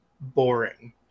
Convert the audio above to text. boring